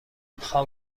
خواب